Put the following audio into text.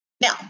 Now